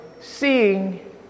Seeing